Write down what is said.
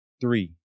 three